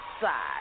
side